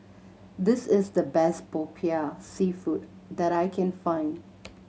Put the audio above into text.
this is the best Popiah Seafood that I can find